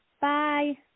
Bye